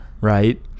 right